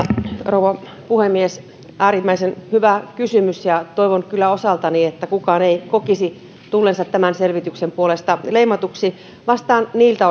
rouva puhemies äärimmäisen hyvä kysymys ja toivon kyllä osaltani että kukaan ei kokisi tulleensa tämän selvityksen puolesta leimatuksi vastaan niiltä